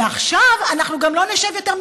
ועכשיו אנחנו גם לא נשב יותר,